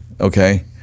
Okay